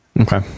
Okay